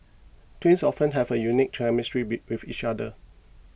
twins often have a unique chemistry be with each other